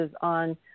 on